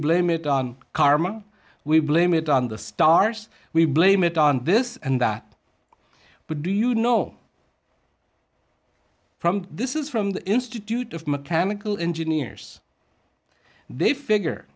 blame it on karma we blame it on the stars we blame it on this and that but do you know from this is from the institute of mechanical engineers they figure